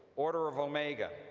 order of omega,